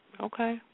Okay